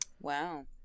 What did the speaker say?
Wow